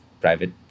private